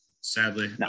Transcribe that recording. sadly